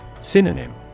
Synonym